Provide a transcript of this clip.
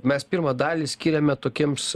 mes pirmą dalį skyrėme tokiems